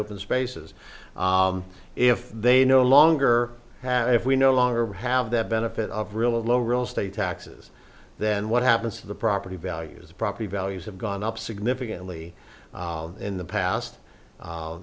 open spaces if they no longer have if we no longer have the benefit of really low real estate taxes then what happens to the property values property values have gone up significantly in the past